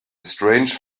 strange